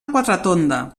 quatretonda